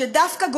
תודה רבה.